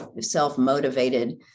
self-motivated